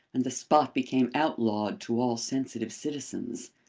and the spot became outlawed to all sensitive citizens.